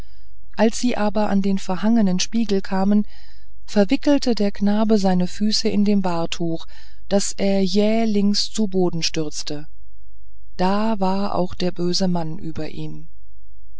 als sie aber an den verhangenen spiegel kamen verwickelte der knabe seine füße in dem bahrtuch daß er jählings zu boden stürzte da war auch der böse mann über ihm